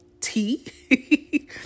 tea